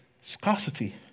scarcity